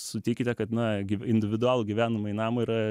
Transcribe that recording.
sutikite kad na individualų gyvenamąjį namą yra